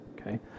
okay